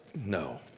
No